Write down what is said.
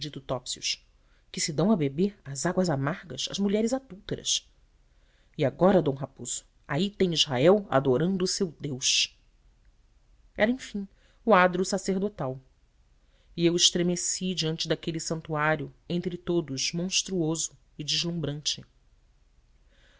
erudito topsius que se dão a beber as águas amargas às mulheres adúlteras e agora d raposo aí tem israel adorando o seu deus era enfim o adro sacerdotal e eu estremeci diante daquele santuário entre todos monstruoso e deslumbrante